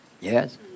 Yes